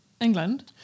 England